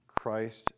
Christ